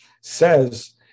says